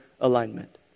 alignment